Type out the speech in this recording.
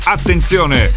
Attenzione